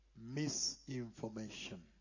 misinformation